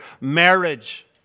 marriage